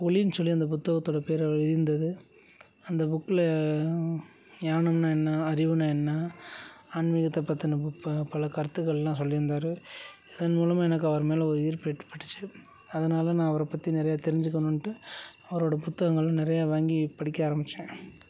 ஒளின்னு சொல்லி அந்த புத்தகத்தோடய பேரை எழுதிருந்தது அந்த புக்கில் ஞானம்னால் என்ன அறிவுனால் என்ன ஆன்மீகத்தை பற்றின புக்கு பல கருத்துகளெலாம் சொல்லியிருந்தாரு இதன் மூலமாக எனக்கு அவர் மேல் ஒரு ஈர்ப்பு ஏற்பட்டுச்சு அதனாலே நான் அவரைப் பற்றி நிறையா தெரிஞ்சுக்கணுன்ட்டு அவரோடய புத்தகங்களை நிறையா வாங்கிப் படிக்க ஆரமித்தேன்